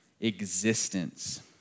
existence